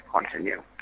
continue